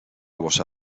bossa